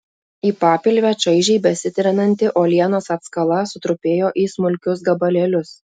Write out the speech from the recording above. į papilvę čaižiai besitrinanti uolienos atskala sutrupėjo į smulkius gabalėlius